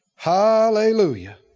Hallelujah